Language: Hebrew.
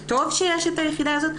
וטוב שיש את היחידה הזאת,